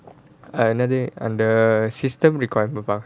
என்னது அந்த:ennathu antha and the system requirement பாக்கணும்:paakanum